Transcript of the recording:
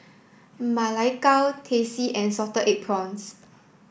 Ma Lai Gao Teh C and Salted Egg Prawns